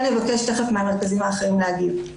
אני כן אבקש תיכף מהמרכזים האחרים להגיב.